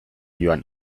joan